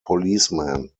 policemen